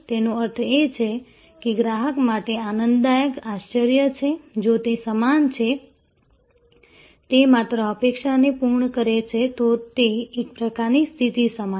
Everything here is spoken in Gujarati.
તેનો અર્થ એ છે કે તે ગ્રાહક માટે આનંદદાયક આશ્ચર્ય છે જો તે સમાન છે તે માત્ર અપેક્ષાને પૂર્ણ કરે છે તો તે એક પ્રકારની સ્થિતિ સમાન છે